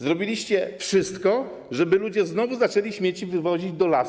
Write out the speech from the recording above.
Zrobiliście wszystko, żeby ludzie znowu zaczęli śmieci wywozić do lasu.